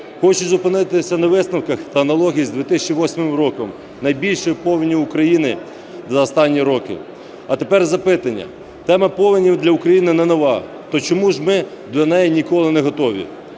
Хочу зупинитися на висновках та аналогії з 2008 роком – найбільшою повінню України за останні роки. А тепер запитання. Тема повені для України не нова, то чому ж ми до неї ніколи не готові?